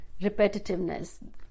repetitiveness